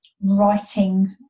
writing